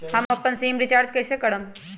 हम अपन sim recharge कइसे करम?